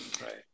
Right